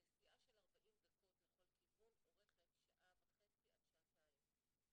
נסיעה של 40 דקות לכל כיוון אורכת שעה וחצי עד שעתיים.